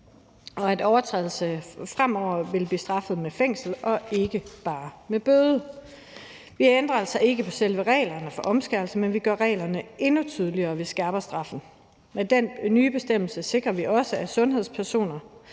og at overtrædelse fremover vil blive straffet med fængsel og ikke bare med bøde. Vi ændrer altså ikke på selve reglerne for omskæring, men vi gør reglerne endnu tydeligere, og vi skærper straffen. Med den nye bestemmelse sikrer vi også, at sundhedspersoner